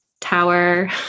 tower